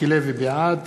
בעד